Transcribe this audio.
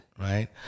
right